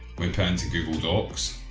will turn to google docs